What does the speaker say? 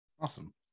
awesome